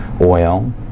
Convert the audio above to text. oil